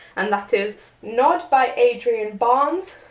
and that is nod by adrian barnes.